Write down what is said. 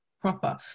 proper